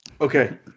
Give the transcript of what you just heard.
Okay